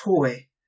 toy